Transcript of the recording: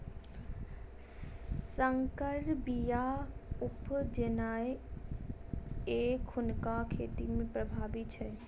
सँकर बीया उपजेनाइ एखुनका खेती मे प्रभावी छै